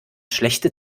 schlechte